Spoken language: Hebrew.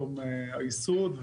יום הייסוד,